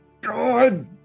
God